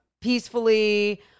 peacefully